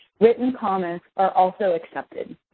written comments are also accepted.